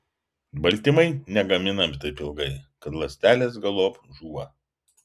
baltymai negaminami taip ilgai kad ląstelės galop žūva